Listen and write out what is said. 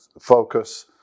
focus